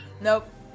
Nope